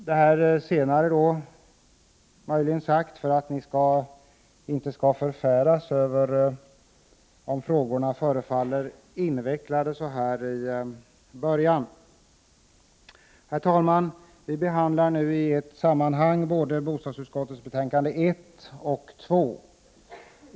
Det senare är möjligen sagt för att ni inte skall förfäras om frågorna förefaller invecklade nu i början. Herr talman! Vi behandlar nu i ett sammanhang bostadsutskottets betänkanden 1 och 2.